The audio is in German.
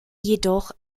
jedoch